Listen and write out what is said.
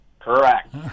correct